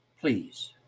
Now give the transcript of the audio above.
Please